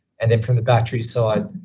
and then from the battery side,